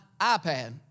iPad